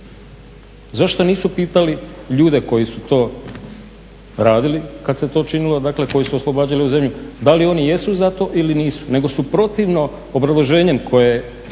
Zašto nisu pitali ljude koji su to radili kad se to činilo, dakle koji su oslobađali zemlju, da li oni jesu za to ili nisu, nego su protivno obrazloženjem koje